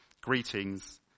Greetings